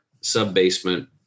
sub-basement